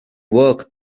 work